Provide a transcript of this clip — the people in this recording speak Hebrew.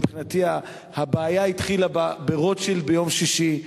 מבחינתי, הבעיה התחילה ברוטשילד ביום שישי.